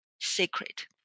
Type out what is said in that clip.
secret